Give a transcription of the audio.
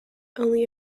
only